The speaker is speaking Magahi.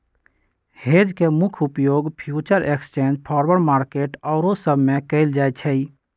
हेज के मुख्य उपयोग फ्यूचर एक्सचेंज, फॉरवर्ड मार्केट आउरो सब में कएल जाइ छइ